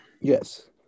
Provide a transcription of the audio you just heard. Yes